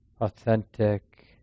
authentic